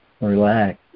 Relax